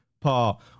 Paul